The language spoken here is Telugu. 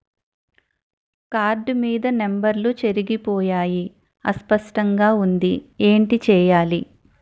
నా కార్డ్ మీద నంబర్లు చెరిగిపోయాయి అస్పష్టంగా వుంది ఏంటి చేయాలి?